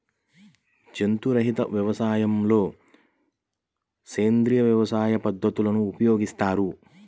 జంతు రహిత వ్యవసాయంలో సేంద్రీయ వ్యవసాయ పద్ధతులను ఉపయోగిస్తారు